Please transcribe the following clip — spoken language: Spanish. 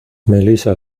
melissa